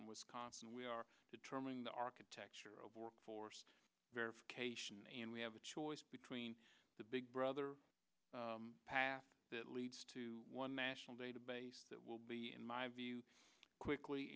wisconsin we are determining the architecture of workforce verification and we have a choice between the big brother path that leads to one national database that will be in my view quickly